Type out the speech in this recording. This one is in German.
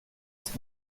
ist